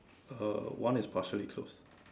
uh one is partially closed